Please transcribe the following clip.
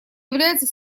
является